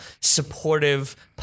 supportive